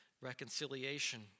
reconciliation